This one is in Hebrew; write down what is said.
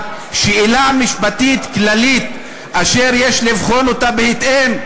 שאלה משפטית כללית אשר יש לבחון אותה בהתאם.